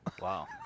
Wow